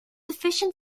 efficient